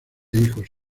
hijos